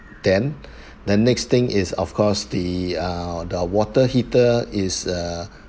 then the next thing is of course the uh the water heater is a